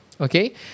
Okay